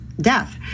death